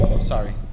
sorry